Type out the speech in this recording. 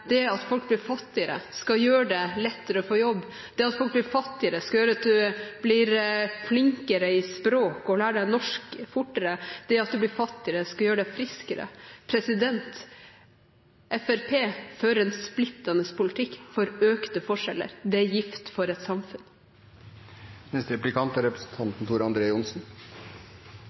det at folk blir fattigere, skal gjøre det lettere å få jobb. Det at folk blir fattigere, skal gjøre at man blir flinkere i språk og lærer seg norsk fortere. Det at man blir fattigere, skal gjøre deg friskere. Fremskrittspartiet fører en splittende poltikk for økte forskjeller. Det er gift for et samfunn. Jeg registrerer at Bergstø sier at verdien av å ha universelle ordninger, er